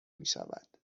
میشود